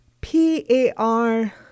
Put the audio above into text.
P-A-R